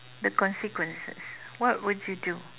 the consequences what would you do